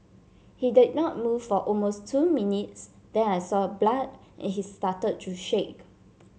he did not move for almost two minutes then I saw blood and he started to shake